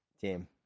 team